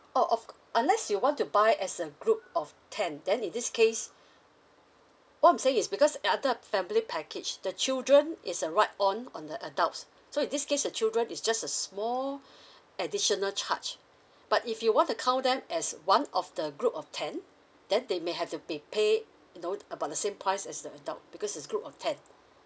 orh ok~ unless you want to buy as a group of ten then in this case what I'm saying is because uh under a family package the children is a ride on on the adults so in this case the children is just a small additional charge but if you want to count them as one of the group of ten then they may have to be pay you know about the same price as the adult because is group of ten